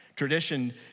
tradition